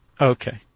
Okay